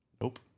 Nope